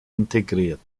integriert